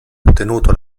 ottenuto